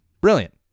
Brilliant